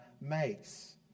makes